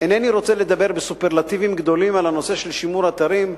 אינני רוצה לדבר בסופרלטיבים גדולים על הנושא של שימור אתרים,